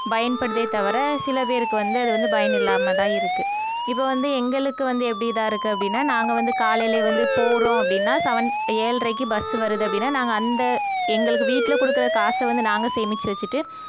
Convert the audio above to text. பயன்படுதே தவிர சில பேருக்கு வந்து அது வந்து பயன் இல்லாமல்தான் இருக்கு இப்போ வந்து எங்களுக்கு வந்து எப்படி இதாக இருக்கு அப்படின்னா நாங்கள் வந்து காலையில வந்து போகறோம் அப்படின்னா செவன் ஏழ்ட்ரைக்கு பஸ்ஸு வருது அப்படின்னா நாங்கள் அந்த எங்களுக்கு வீட்டில் கொடுக்குற காசை வந்து நாங்கள் சேமிச்சு வச்சுட்டு